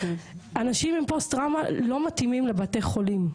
אנשים עם פוסט טראומה לא מתאימים לבתי חולים,